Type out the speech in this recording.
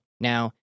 Now